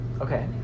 Okay